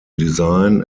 design